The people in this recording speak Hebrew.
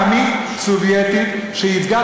אתה יודע שהייתה פעם דמוקרטיה עממית סובייטית שייצגה